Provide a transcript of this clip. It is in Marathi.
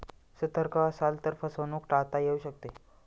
सतर्क असाल तर फसवणूक टाळता येऊ शकते